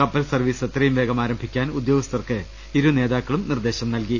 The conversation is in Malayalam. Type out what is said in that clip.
കപ്പൽ സർവ്വീസ് എത്രയും വേഗം ആരംഭിക്കാൻ ഉദ്യോഗ സ്ഥർക്ക് ഇരു നേതാക്കളും നിർദ്ദേശം നൽകി